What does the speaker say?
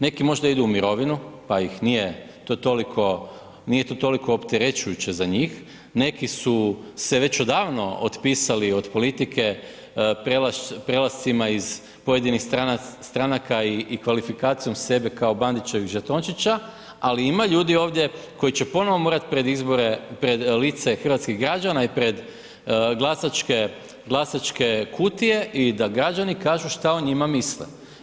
Neki možda idu u mirovinu pa ih nije to toliko, nije to toliko opterećujuće za njih, neki su se već odavno otpisali od politike, prelascima iz pojedinih stranaka i kvalifikacijom sebe kao Bandićevih žetončića, ali ima ovdje ljudi ovdje koji će ponovno morati pred izbore pred lice hrvatskih građana i pred glasačke kutije i da građani kažu što o njima misle.